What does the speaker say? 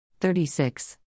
36